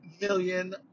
million